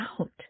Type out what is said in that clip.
out